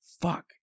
fuck